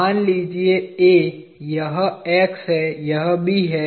मान लीजिए A यह X है यह B है